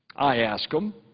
i asked them